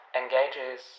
engages